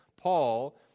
Paul